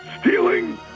stealing